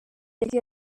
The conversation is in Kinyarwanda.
yagiye